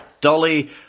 dolly